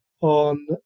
on